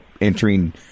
entering